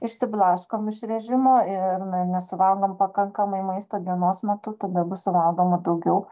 išsiblaškom iš režimo ir ne nesuvalgom pakankamai maisto dienos metu tada bus suvalgoma daugiau